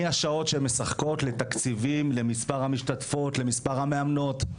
מהשעות שהן משחקות לתקציבים למספר המשתתפות למספר המאמנות,